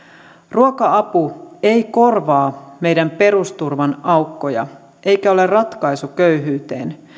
ruoka apu ei korvaa meidän perusturvan aukkoja eikä ole ratkaisu köyhyyteen